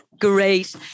Great